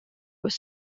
was